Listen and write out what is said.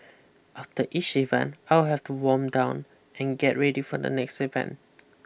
after each event I would have to warm down and get ready for the next event